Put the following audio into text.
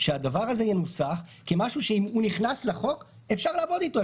שהדבר הזה ינוסח כמשהו שהוא נכנס לחוק ואפשר לעבוד איתו,